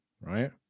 right